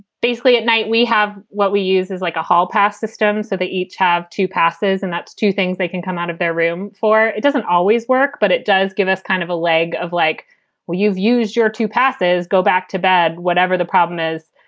basically at night we have what we use is like a hall pass system. so they each have two passes and that's two things they can come out of their room for. it doesn't always work, but it does give us kind of a leg of like where you've used your two passes, go back to bed. whatever the problem is,